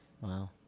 Wow